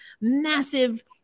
massive